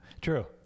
True